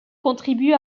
contribue